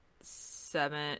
seven